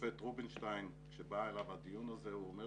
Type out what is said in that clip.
השופט רובינשטיין כשבא אליו הדיון הזה, הוא אמר